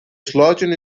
slogan